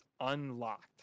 unlocked